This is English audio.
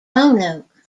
roanoke